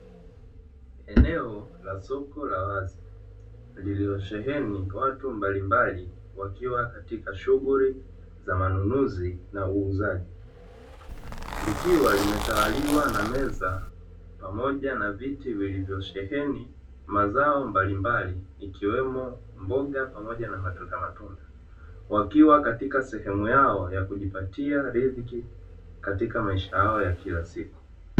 Eneo la soko la wazi lililosheheni watu mbalimbali wakiwa katika shughuli za manunuzi na uuzaji. Likiwa limetawaliwa na meza pamoja na viti vilivyo sheheni mazao mbalimbali ikiwemo mboga pamoja na matunda matunda, wakiwa katika sehemu yao ya kujipatia riziki katika maisha yao ya kila siku.